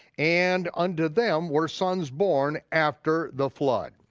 and unto them were sons born after the flood.